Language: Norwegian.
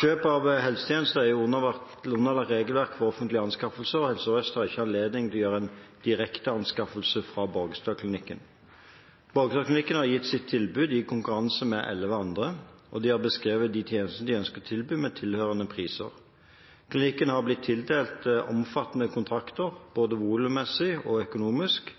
Kjøp av helsetjenester er underlagt regelverk for offentlige anskaffelser, og Helse Sør-Øst har ikke anledning til å gjøre en direkte anskaffelse fra Borgestadklinikken. Borgestadklinikken har gitt sitt tilbud i konkurranse med elleve andre, og de har beskrevet de tjenestene de ønsker å tilby, med tilhørende priser. Klinikken har blitt tildelt omfattende kontrakter, både volummessig og økonomisk,